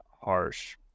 harsh